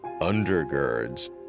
undergirds